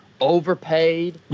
overpaid